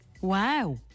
Wow